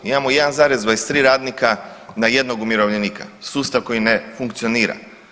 Imamo 1,23 radnika na jednog umirovljenika, sustav koji ne funkcionira.